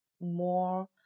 more